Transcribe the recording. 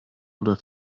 oder